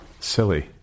Silly